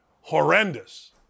horrendous